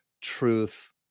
truth